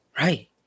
right